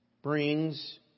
Brings